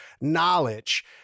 knowledge